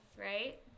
right